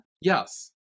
Yes